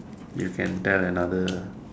you can tell another